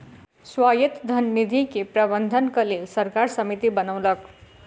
स्वायत्त धन निधि के प्रबंधनक लेल सरकार समिति बनौलक